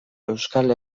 euskal